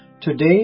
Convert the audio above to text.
Today